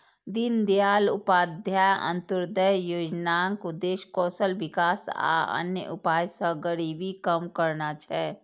दीनदयाल उपाध्याय अंत्योदय योजनाक उद्देश्य कौशल विकास आ अन्य उपाय सं गरीबी कम करना छै